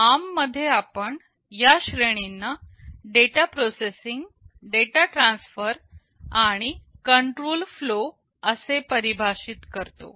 ARM मध्ये आपण या श्रेणी ना डेटा प्रोसेसिंग डेटा ट्रांसफर आणि कंट्रोल फ्लो असे परिभाषित करतो